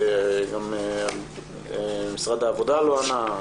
גם משרד העבודה לא ענה.